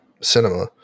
cinema